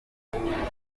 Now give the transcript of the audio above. ubuyobozi